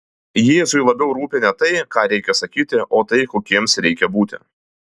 jėzui labiau rūpi ne tai ką reikia sakyti o tai kokiems reikia būti